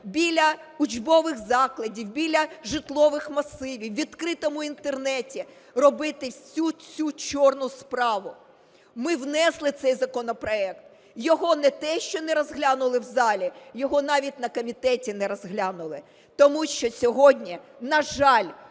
біля учбових закладів, біля житлових масивів, у відкритому інтернеті робити всю цю чорну справу. Ми внесли цей законопроект, його не те, що не розглянули в залі, його навіть на комітеті не розглянули. Тому що сьогодні, на жаль,